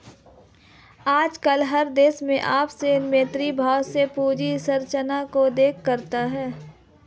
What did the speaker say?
आजकल हर देश आपस में मैत्री भाव से पूंजी संरचना को देखा करता है